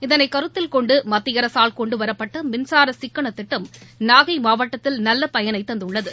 இதனை கருத்தில்கொண்டு மத்திய அரசால் கொண்டுவரப்பட்ட மின்சார சிக்கனத் திட்டம் நாகை மாவட்டத்தில் நல்ல பயனை தந்துள்ளது